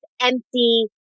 empty